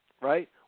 right